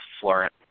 Florent